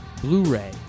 Blu-ray